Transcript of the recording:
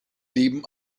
leben